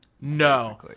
no